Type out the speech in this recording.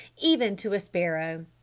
even to a sparrow!